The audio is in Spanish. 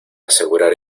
asegurar